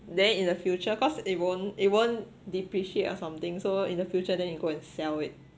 then in the future cause it won't it won't depreciate or something so in the future then you go and sell it